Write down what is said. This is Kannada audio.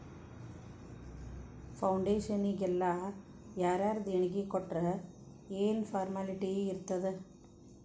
ಫೌಡೇಷನ್ನಿಗೆಲ್ಲಾ ಯಾರರ ದೆಣಿಗಿ ಕೊಟ್ರ್ ಯೆನ್ ಫಾರ್ಮ್ಯಾಲಿಟಿ ಇರ್ತಾದ?